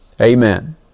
Amen